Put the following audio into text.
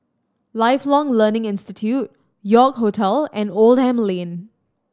Lifelong Learning Institute York Hotel and Oldham Lane